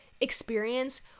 experience